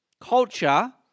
culture